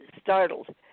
startled